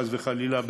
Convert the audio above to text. חס וחלילה,